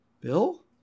Bill